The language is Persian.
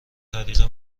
طریق